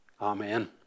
Amen